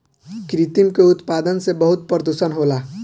कृत्रिम के उत्पादन से बहुत प्रदुषण होला